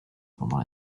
pendant